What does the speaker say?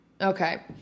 Okay